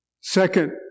Second